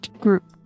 group